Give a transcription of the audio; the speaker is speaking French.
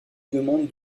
demande